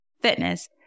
fitness